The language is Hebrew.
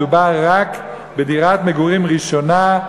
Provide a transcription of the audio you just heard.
מדובר רק בדירת מגורים ראשונה,